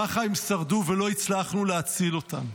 ככה הם שרדו, ולא הצלחנו להציל אותם.